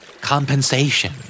Compensation